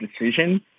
decision